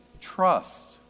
trust